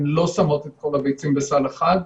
הן לא שמות את כל הביצים בסל אחד.